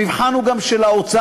המבחן הוא גם של האוצר,